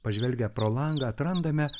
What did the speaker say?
pažvelgę pro langą atrandame